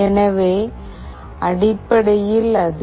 எனவே அடிப்படையில் அது 0